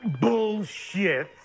Bullshit